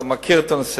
אני מכיר את הנושא.